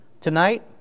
Tonight